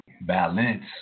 balance